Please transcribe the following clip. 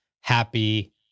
happy